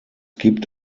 gibt